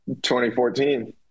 2014